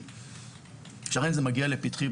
זה מגיע לפתחי.